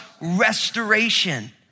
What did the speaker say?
restoration